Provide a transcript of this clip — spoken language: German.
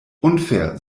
unfair